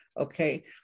okay